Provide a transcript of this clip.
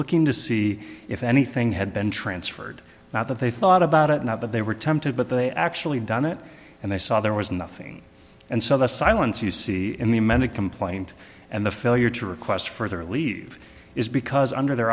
looking to see if anything had been transferred not that they thought about it not that they were tempted but they actually done it and they saw there was nothing and so the silence you see in the amended complaint and the failure to request further leave it's because under their